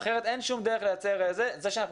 אחרת אין שום דרך לייצר --- וזה שאנחנו